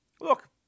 look